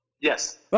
yes